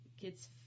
kid's